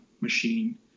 machine